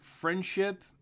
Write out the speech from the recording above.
friendship